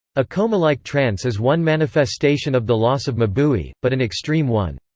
a coma-like trance is one manifestation of the loss of mabui, but an extreme one.